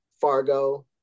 Fargo